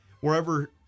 wherever